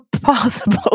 possible